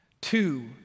two